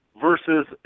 versus